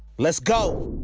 let's go!